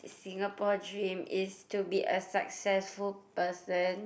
Singapore dream is to be a successful person